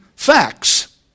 Facts